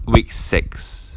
week six